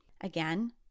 Again